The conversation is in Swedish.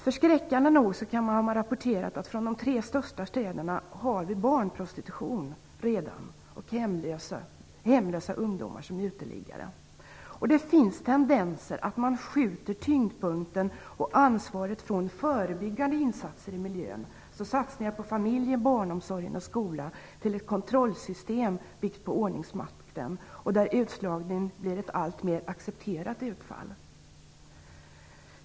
Förskräckande nog har det rapporterats från de tre största städerna att det redan finns barnprostitution och hemlösa ungdomar som är uteliggare. Det finns tendenser till att skjuta tyngdpunkten och ansvaret från förebyggande insatser i miljön, såsom satsningar på familjen, barnomsorgen och skolan, till ett kontrollsystem byggt på ordningsmakten där utslagning blir ett alltmer accepterat utfall.